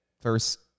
first